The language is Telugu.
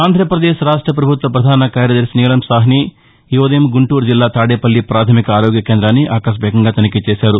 ఆంధ్రప్రదేశ్ రాష్ట్ర ప్రభుత్వ ప్రధాన కార్యదర్శి నీలం సాహ్ని ఈ ఉదయం గుంటూరు జిల్లా తాడేపల్లి ప్రాథమిక ఆరోగ్య కేంద్రాన్నిఆకస్మికంగా తనిఖీచేశారు